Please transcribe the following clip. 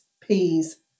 peas